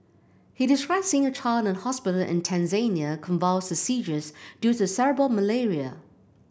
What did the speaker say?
he described seeing a child in a hospital in Tanzania convulsed seizures due to cerebral malaria